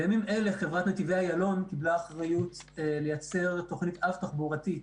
בימים אלה חברת נתיבי אילון קיבלה אחריות לייצר תוכנית אב תחבורתית